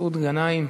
מסעוד גנאים.